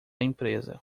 empresa